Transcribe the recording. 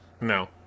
No